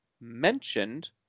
mentioned